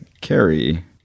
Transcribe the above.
Carrie